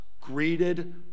greeted